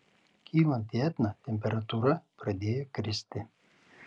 kylant į etną temperatūra pradėjo kristi